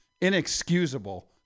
inexcusable